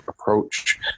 approach